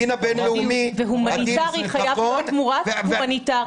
הדין הבין-לאומי ----- והומניטרי חייב לתת תמורה הומניטרית.